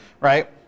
right